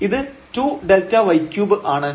ഇത് 2Δy3 ആണ്